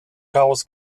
chaos